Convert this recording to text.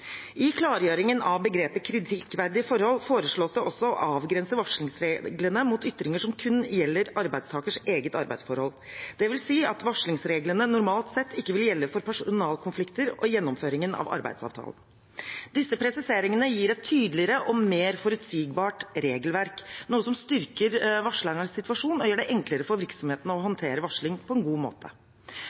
I klargjøringen av begrepet «kritikkverdige forhold» foreslås det også å avgrense varslingsreglene mot ytringer som kun gjelder arbeidstakers eget arbeidsforhold. Det vil si at varslingsreglene normalt sett ikke vil gjelde for personalkonflikter og gjennomføringen av arbeidsavtalen. Disse presiseringene gir et tydeligere og mer forutsigbart regelverk, noe som styrker varslernes situasjon og gjør det enklere for virksomhetene å håndtere varsling på en god måte.